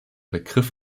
begriff